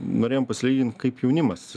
norėjom pasilygint kaip jaunimas